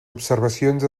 observacions